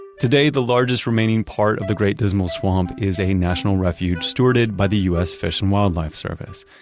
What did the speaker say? today, the largest remaining part of the great dismal swamp is a national refuge stewarded by the us fish and wildlife service,